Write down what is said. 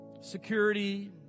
security